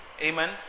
Amen